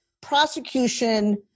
prosecution